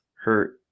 hurt